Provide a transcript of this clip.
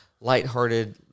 lighthearted